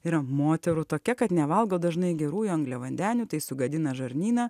yra moterų tokia kad nevalgo dažnai gerųjų angliavandenių tai sugadina žarnyną